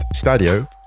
Stadio